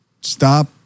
stop